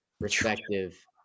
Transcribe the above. respective